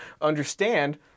understand